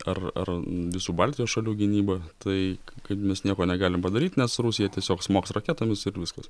ar ar visų baltijos šalių gynybą tai kad mes nieko negalim padaryt nes rusija tiesiog smogs raketomis ir viskas